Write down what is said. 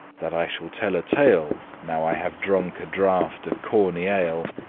that i shall tell a tale now i have drunk a draught of corny ale,